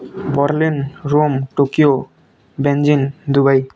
Berlin Rome Tokyo Beijing Dubai